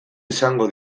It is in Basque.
izango